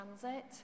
transit